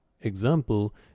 Example